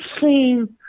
seen